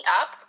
up